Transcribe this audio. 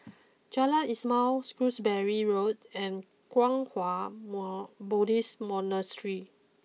Jalan Ismail Shrewsbury Road and Kwang Hua more Buddhist Monastery